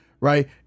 right